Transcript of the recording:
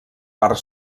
part